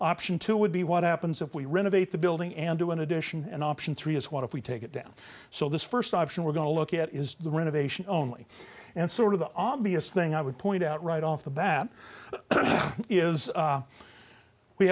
option two would be what happens if we renovate the building and do an addition and option three is what if we take it down so this first option we're going to look at is the renovation only and sort of the obvious thing i would point out right off the bat is